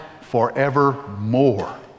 forevermore